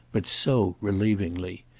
but so relievingly.